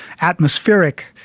atmospheric